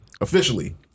Officially